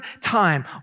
time